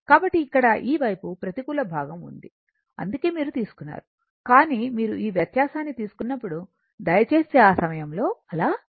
కాబట్టి ఇక్కడ ఈ వైపు ప్రతికూల భాగం ఉంది అందుకే మీరు తీసుకున్నారు కానీ మీరు ఈ వ్యత్యాసాన్ని తీసుకున్నప్పుడు దయచేసి ఆ సమయంలో అలా చేయవద్దు